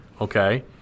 Okay